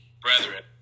brethren